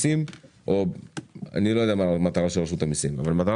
אני לא יודע מה המטרה של רשת המיסים אבל המטרה